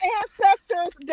ancestors